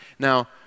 Now